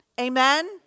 Amen